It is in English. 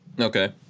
Okay